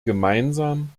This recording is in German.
gemeinsam